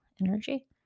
Energy